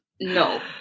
no